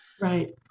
Right